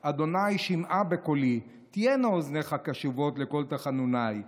ה' שמעה בקולי תהיינה אזניך קשבות לקול תחנוני.